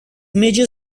major